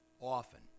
Often